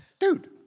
Dude